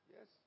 Yes